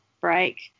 break